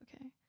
okay